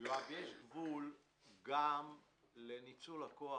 יש גבול גם לניצול הכוח